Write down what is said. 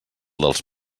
dels